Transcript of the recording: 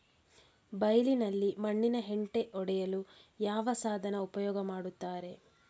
ಬೈಲಿನಲ್ಲಿ ಮಣ್ಣಿನ ಹೆಂಟೆ ಒಡೆಯಲು ಯಾವ ಸಾಧನ ಉಪಯೋಗ ಮಾಡುತ್ತಾರೆ?